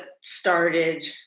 started